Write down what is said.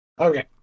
Okay